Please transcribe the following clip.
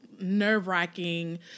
nerve-wracking